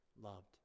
loved